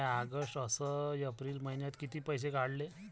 म्या ऑगस्ट अस एप्रिल मइन्यात कितीक पैसे काढले?